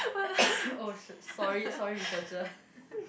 oh shoot sorry sorry researcher